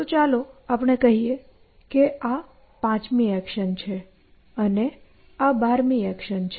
તો ચાલો આપણે કહીએ કે આ પાંચમી એક્શન છે અને આ બારમી એક્શન છે